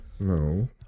No